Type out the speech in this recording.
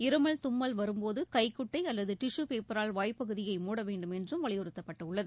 இருமல் தும்மல் வரும்போது கைகுட்டை அல்லது டிஷு பேப்பரால் வாய் பகுதியை மூட வேண்டும் என்றும் வலியுறுத்தப்பட்டுள்ளது